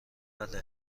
بله